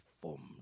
formed